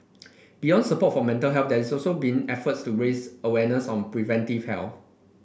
beyond support for mental have there also been efforts to raise awareness on preventive health